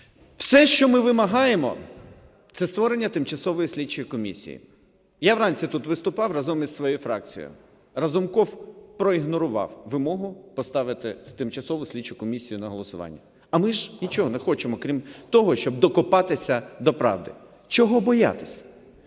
Все, що ми вимагаємо – це створення тимчасової слідчої комісії. Я вранці тут виступав разом із своєю фракцією. Разумков проігнорував вимогу поставити тимчасову слідчу комісію на голосування. А ми ж нічого не хочемо крім того, щоб докопатися до правди. Чого боятися?